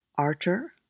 Archer